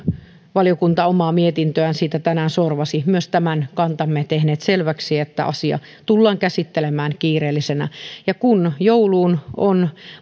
valiokunta omaa mietintöään siitä tänään sorvasi myös tämän kantamme tehneet selväksi että asia tullaan käsittelemään kiireellisenä kun jouluun on